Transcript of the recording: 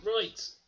right